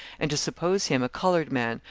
and to suppose him a coloured man,